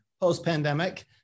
post-pandemic